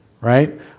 right